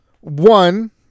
one